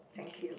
thank you